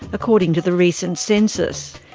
according to the recent census.